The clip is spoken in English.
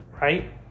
right